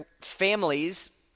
families